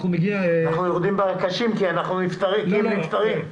אנחנו יורדים בקשים כי הם נפטרים.